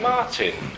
Martin